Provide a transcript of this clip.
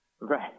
Right